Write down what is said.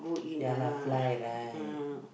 ya lah fly right